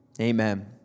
amen